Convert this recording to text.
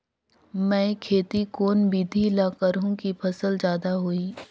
मै खेती कोन बिधी ल करहु कि फसल जादा होही